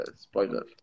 spoiler